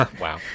wow